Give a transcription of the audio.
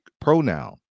pronoun